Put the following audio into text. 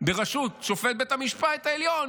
בראשות שופט בית המשפט העליון?